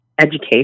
education